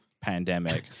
pandemic